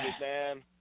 man